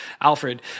Alfred